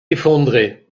effondré